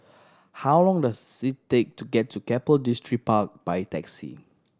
how long does it take to get to Keppel Distripark by taxi